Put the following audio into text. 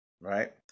right